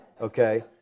Okay